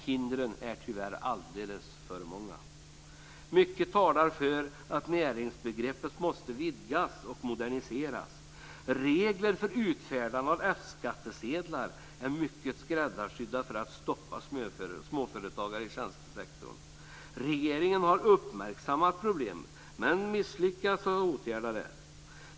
Hindren är tyvärr alldeles för många. Mycket talar för att näringsbegreppet måste vidgas och moderniseras. Reglerna för utfärdande av F skattsedel är som skräddarsydda för att stoppa småföretagare i tjänstesektorn. Regeringen har uppmärksammat problemet men misslyckats att åtgärda det.